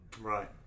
Right